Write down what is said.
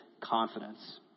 confidence